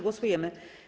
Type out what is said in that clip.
Głosujemy.